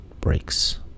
breaks